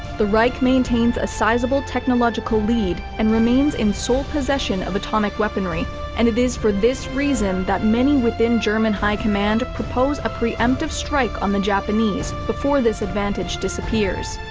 the reich maintains a sizeable technological lead and remains in sole possession of atomic weaponry and it is for this reason that many within german high command propose a preemptive strike on the japanese before this advantage disappears.